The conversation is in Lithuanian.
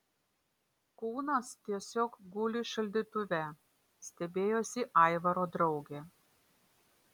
kūnas tiesiog guli šaldytuve stebėjosi aivaro draugė